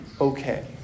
okay